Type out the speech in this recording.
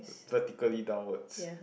vertically downwards